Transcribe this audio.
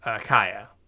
Kaya